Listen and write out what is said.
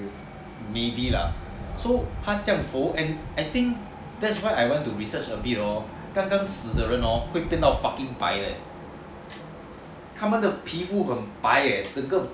maybe lah so 他这样浮 that's why I went to research a bit hor 刚刚死的人 hor 会变到 fucking 白 leh 他们的皮肤很白 eh 整个